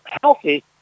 healthy